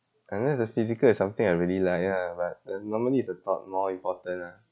unless the physical is something I really like ah but then normally is the thought more important ah